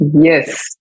Yes